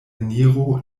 eniro